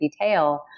detail